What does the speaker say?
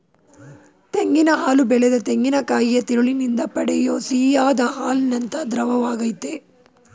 ತೆಂಗಿನ ಹಾಲು ಬೆಳೆದ ತೆಂಗಿನಕಾಯಿಯ ತಿರುಳಿನಿಂದ ಪಡೆಯೋ ಸಿಹಿಯಾದ್ ಹಾಲಿನಂಥ ದ್ರವವಾಗಯ್ತೆ